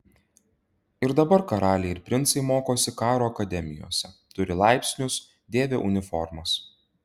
ir dabar karaliai ir princai mokosi karo akademijose turi laipsnius dėvi uniformas